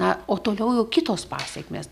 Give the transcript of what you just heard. na o toliau jau kitos pasekmės